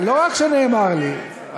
לא רק שנאמר לי,